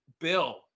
Bill